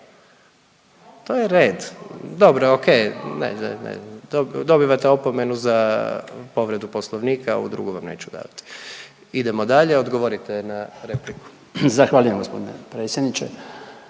To je red, dobro ok, ne, ne, dobivate opomenu za povredu poslovnika, a ovu drugu vam neću davati. Idemo dalje, odgovorite na repliku. **Bačić, Branko